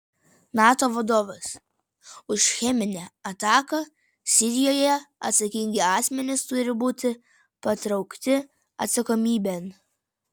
nato vadovas už cheminę ataką sirijoje atsakingi asmenys turi būti patraukti atsakomybėn